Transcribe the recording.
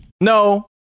No